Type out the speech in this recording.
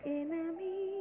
enemy